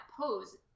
pose